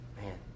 Man